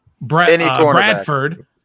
Bradford